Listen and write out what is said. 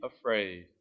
afraid